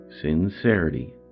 sincerity